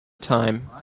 time